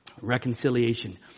Reconciliation